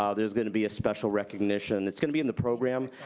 um there's gonna be a special recognition. it's gonna be in the program,